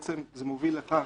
זה בעצם מוביל לכך,